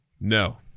No